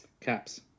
Caps